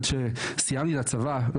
סיימתי את הצבא,